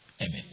Amen